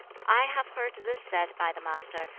i have heard this said by the master,